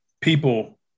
people